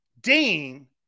Dean